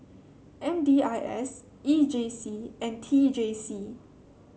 M D I S E J C and T J C